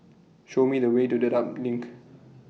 Show Me The Way to Dedap LINK